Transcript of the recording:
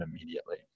immediately